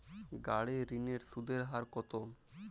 গাড়ির ঋণের সুদের হার কতো?